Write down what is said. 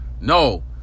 No